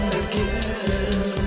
again